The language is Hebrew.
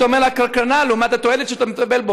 שאתה אומר: קרינה לעומת התועלת שאתה מקבל.